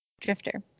Drifter